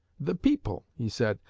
the people he said,